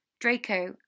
Draco